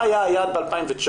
מה היה היעד ב-2019,